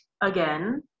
Again